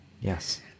Yes